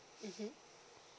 mmhmm